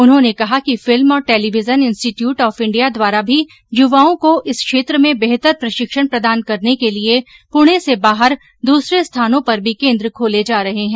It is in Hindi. उन्होंने कहा कि फिल्मे और टेलिविजन इंस्टीट्यूट ऑफ इण्डिया द्वारा भी यूवाओं को इस क्षेत्र में बेहतर प्रशिक्षण प्रदान करने के लिए पूर्ण से बाहर दूसरे स्थानों पर भी केन्द्र खोले जा रहे है